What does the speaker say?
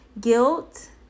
guilt